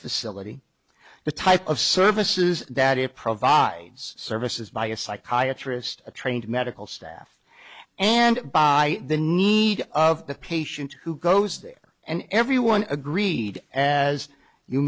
facility the type of services that it provides services by a psychiatry of a trained medical staff and by the need of the patient who goes there and everyone agreed as you